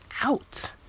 out